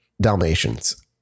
dalmatians